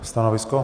Stanovisko?